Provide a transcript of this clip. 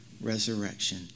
resurrection